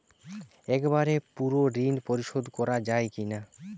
একবারে পুরো ঋণ পরিশোধ করা যায় কি না?